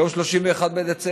היום 31 בדצמבר,